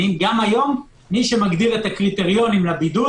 גם היום מי שמגדיר את התנאים לבידוד